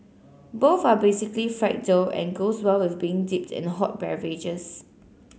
both are basically fried dough and goes well with being dipped in hot beverages